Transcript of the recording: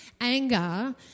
Anger